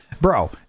Bro